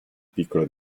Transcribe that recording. piccola